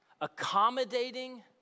accommodating